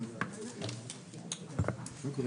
קבוצה אחת זה בתי החולים הממשלתיים,